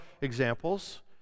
examples